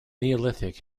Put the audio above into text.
neolithic